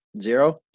Zero